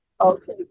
Okay